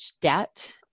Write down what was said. debt